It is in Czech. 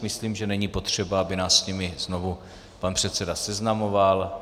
Myslím, že není potřeba, aby nás s nimi znovu pan předseda seznamoval.